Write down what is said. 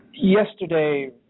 Yesterday